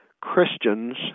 Christians